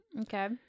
Okay